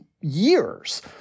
years